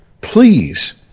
please